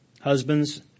Husbands